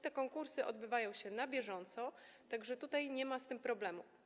Te konkursy odbywają się na bieżąco, tak że tutaj nie ma problemu.